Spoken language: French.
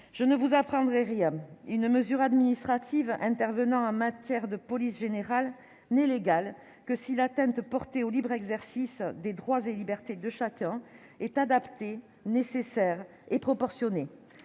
je ne vous apprendrai rien en rappelant qu'une mesure administrative intervenant en matière de police générale n'est légale que si l'atteinte portée au libre exercice des droits et libertés de chacun est adaptée, nécessaire et proportionnée.